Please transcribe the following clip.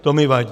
To mi vadí.